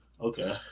okay